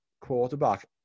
quarterback